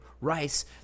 Rice